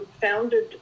founded